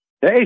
Hey